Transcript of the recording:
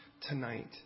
Tonight